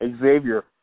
Xavier